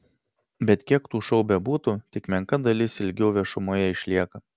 bet kiek tų šou bebūtų tik menka dalis ilgiau viešumoje išlieka